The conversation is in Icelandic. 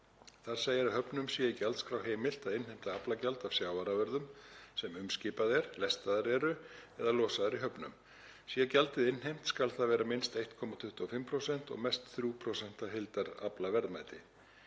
Þar segir að höfnum sé í gjaldskrá heimilt að innheimta aflagjald af sjávarafurðum sem umskipað er, lestaðar eru eða losaðar í höfnum. Sé gjaldið innheimt skal það vera minnst 1,25% og mest 3% af heildaraflaverðmæti.